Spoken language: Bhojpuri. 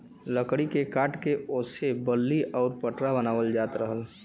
लकड़ी के काट के ओसे बल्ली आउर पटरा बनावल जात रहल